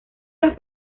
los